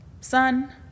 son